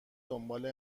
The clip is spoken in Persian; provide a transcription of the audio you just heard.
دنبال